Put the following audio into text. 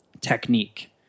technique